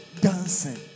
dancing